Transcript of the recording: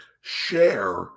share